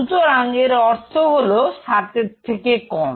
সুতরাং এর অর্থ হল 7 এর থেকে কম